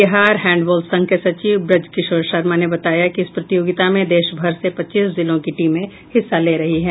Bihar handball संघ के सचिव ब्रजकिशोर शर्मा ने बताया कि इस प्रतियोगिता में देश भर से पच्चीस जिलों की टीमें हिस्सा ले रही हैं